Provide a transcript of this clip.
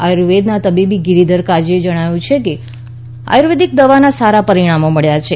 આર્યુવેદના તબીબ ગીરીધર કાજેએ જણાવ્યું છે કે આર્યુવેદીક દવાના સારા પરીણામો મબ્યા છે